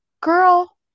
girl